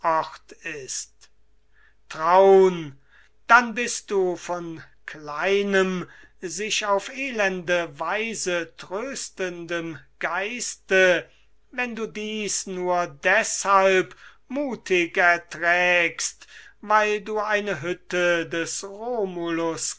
ist traun dann bist von kleinem sich auf elende weise tröstendem geiste wenn du dies deshalb muthig erträgst weil du eine hütte des romulus